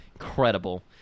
Incredible